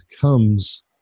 comes